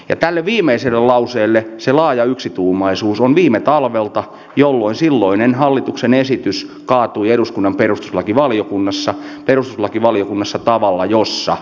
ja tälle viimeiselle lauseelle se laaja yksituumaisuus on viime talvelta jolloin silloinen hallituksen esitys kaatui eduskunnan perustuslakivaliokunnassa ja perustuslakivaliokunta totesi